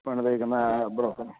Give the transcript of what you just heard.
പണിതേക്കുന്നത് ആ ബ്രോ